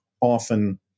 often